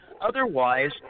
Otherwise